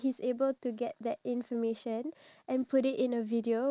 big scissors I also don't know what is it call